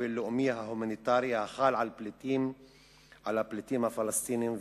הבין-לאומי ההומניטרי החל על הפליטים הפלסטינים ורכושם.